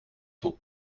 tot